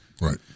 Right